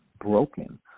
broken